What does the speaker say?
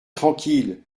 tranquille